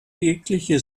jegliche